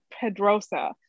Pedrosa